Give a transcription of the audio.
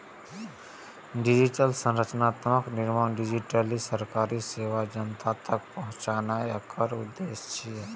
digital संरचनाक निर्माण, डिजिटली सरकारी सेवा जनता तक पहुंचेनाय एकर उद्देश्य छियै